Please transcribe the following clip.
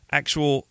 actual